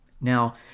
Now